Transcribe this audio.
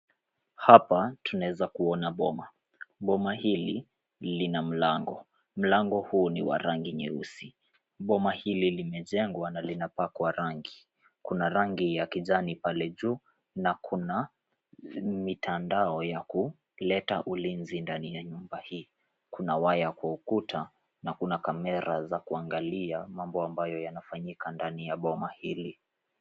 Hapa tunaweza kuona boma. Boma hili lina mlango. Mlango huu ni wa rangi nyeusi. Boma hili limejengwa na linapakwa rangi. Kuna rangi ya kijani pale juu na kuna mitandao ya kuleta ulinzi ndani ya nyumba hii. Kuna waya kwa ukuta na kuna kamera za kuangalia mambo ambayo yanafanyika ndani ya boma hili.